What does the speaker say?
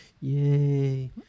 Yay